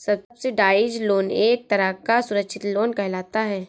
subsidised loan एक तरह का सुरक्षित लोन कहलाता है